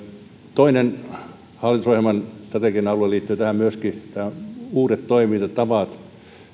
toinen hallitusohjelman strateginen alue liittyy myöskin tähän uudet toimintatavat